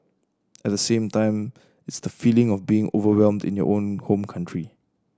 at the same time it's the feeling of being overwhelmed in your own home country